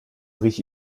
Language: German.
rieche